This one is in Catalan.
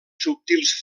subtils